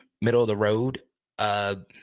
middle-of-the-road